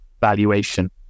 valuation